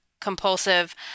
compulsive